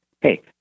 Hey